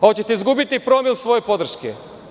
Hoćete izgubiti promil svoje podrške.